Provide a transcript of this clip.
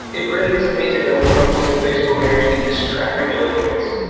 it really is amazing that we've gotten to the place where we actually miss traffic a little bit.